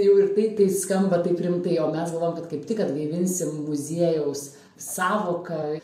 jau ir tai tai skamba taip rimtai o mes galvojom kad kaip tik atgaivinsim muziejaus sąvoką